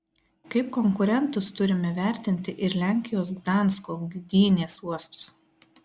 kaip konkurentus turime vertinti ir lenkijos gdansko gdynės uostus